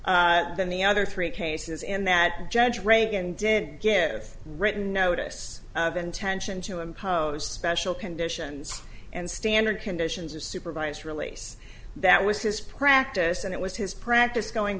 than the other three cases and that judge reagan didn't give written notice of intention to impose special conditions and standard conditions of supervised release that was his practice and it was his practice going